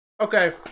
Okay